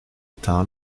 town